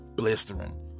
blistering